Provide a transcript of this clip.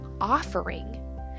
offering